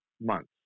months